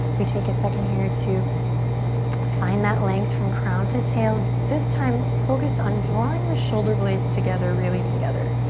we take a second here to find that length from crown to tail. this time focus on drawing the shoulder blades together, really together.